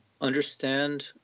understand